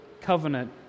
covenant